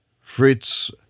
Fritz